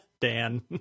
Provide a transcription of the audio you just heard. Dan